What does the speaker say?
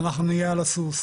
ואנחנו נהיה על הסוס.